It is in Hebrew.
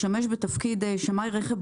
"משמש בתפקיד שמאי רכב,